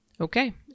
Okay